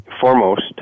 foremost